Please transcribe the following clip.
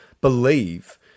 believe